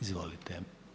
Izvolite.